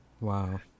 Wow